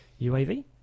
UAV